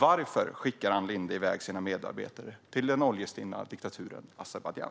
Varför skickar Ann Linde iväg sina medarbetare till den oljestinna diktaturen Azerbajdzjan?